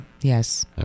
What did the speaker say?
yes